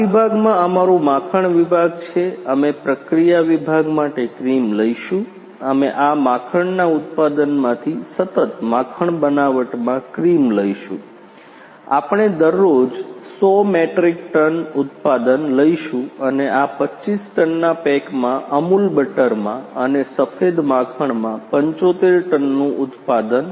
આ વિભાગમાં અમારું માખણ વિભાગ છે અમે પ્રક્રિયા વિભાગ માટે ક્રીમ લઈશું અમે આ માખણના ઉત્પાદનમાંથી સતત માખણ બનાવટમાં ક્રીમ લઈશું આપણે દરરોજ 100 મેટ્રિક ટન ઉત્પાદન લઈશું અને આ 25 ટનના પેકમાં અમૂલ બટરમાં અને સફેદ માખણમાં 75 ટનનું ઉત્પાદન